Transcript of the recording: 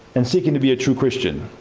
and seeking to be a true christian,